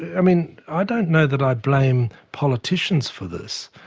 i mean i don't know that i'd blame politicians for this,